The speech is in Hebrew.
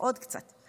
עוד קצת.